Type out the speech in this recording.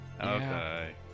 Okay